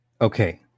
Okay